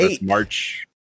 March